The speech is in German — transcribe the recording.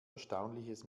erstaunliches